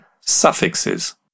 suffixes